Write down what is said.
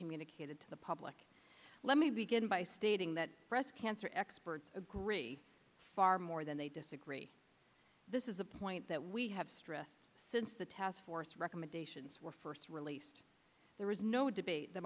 communicated to the public let me begin by stating that breast cancer experts agree far more than they disagree this is a point that we have stressed since the task force recommendations were first released there is no debate the